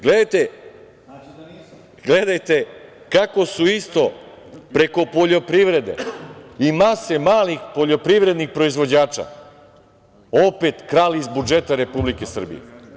Gledajte kako su isto preko poljoprivrede i mase malih poljoprivrednih proizvođača opet krali iz budžeta Republike Srbije.